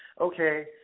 okay